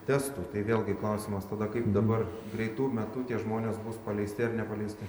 testų tai vėlgi klausimas tada kaip dabar greitu metu tie žmonės bus paleisti ar nepaleisti